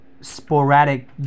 sporadic